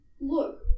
Look